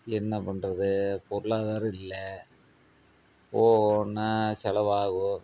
என்ன பண்ணுறது பொருளாதாரம் இல்லை போனால் செலவாகும்